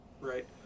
right